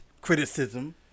criticism